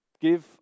Give